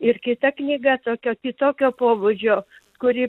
ir kita knyga tokia kitokio pobūdžio kuri